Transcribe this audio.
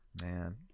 man